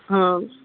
ಹ್ಞೂ ರೀ